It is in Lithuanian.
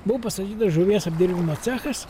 buvo pastatyta žuvies apdirbimo cechas